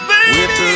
Baby